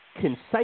concise